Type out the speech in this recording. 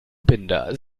binder